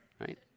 right